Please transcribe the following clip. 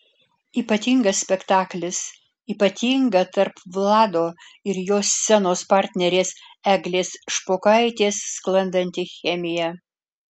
ypatingas spektaklis ypatinga tarp vlado ir jo scenos partnerės eglės špokaitės sklandanti chemija